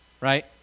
right